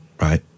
right